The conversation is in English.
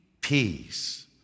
peace